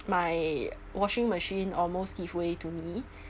my washing machine almost give way to me